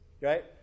Right